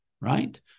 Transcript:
right